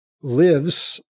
lives